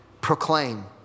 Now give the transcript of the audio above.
proclaim